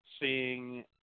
seeing